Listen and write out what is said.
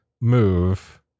move